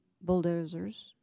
bulldozers